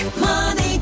Money